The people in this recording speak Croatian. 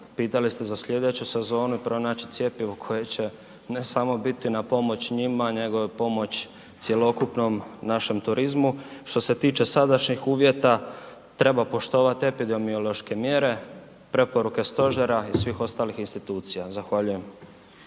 pitali ste za slijedeću sezonu, pronaći cjepivo koje će ne samo biti na pomoć njima nego i pomoć cjelokupnom našem turizmu. Što se tiče sadašnjih uvjeta, treba poštovati epidemiološke mjere, preporuke stožera i svih ostalih institucija. Zahvaljujem.